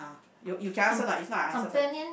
you you can answer lah if not I answer first